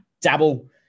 Dabble